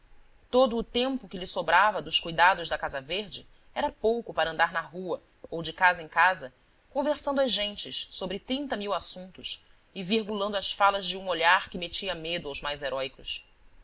todo o tempo que lhe sobrava dos cuidados da casa verde era pouco para andar na rua ou de casa em casa conversando as gentes sobre trinta mil assuntos e virgulando as falas de um olhar que metia medo aos mais heróicos